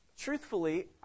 Truthfully